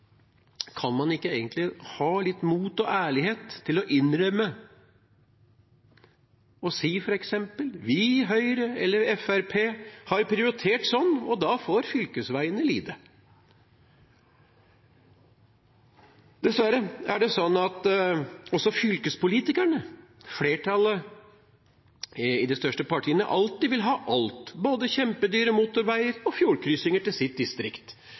Kan man ikke ha litt mot og ærlighet til å innrømme og f.eks. si: Vi i Høyre – eller Fremskrittspartiet – har prioritert slik, og da får fylkesveiene lide. Dessverre er det slik at også fylkespolitikerne, flertallet ved de største partiene, alltid vil ha alt, både kjempedyre motorveier og fjordkryssinger til sitt distrikt,